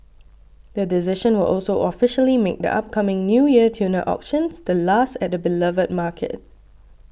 the decision will also officially make the upcoming New Year tuna auctions the last at the beloved market